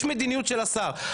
יש מדיניות של השר,